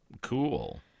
Cool